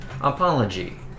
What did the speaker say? Apology